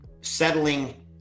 settling